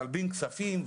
להלבין כספים.